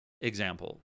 example